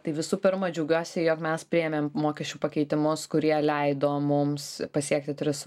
tai visų pirma džiaugiuosi jog mes priėmėm mokesčių pakeitimus kurie leido mums pasiekti tris